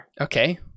Okay